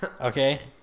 okay